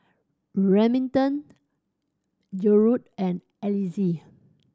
Remington and Alize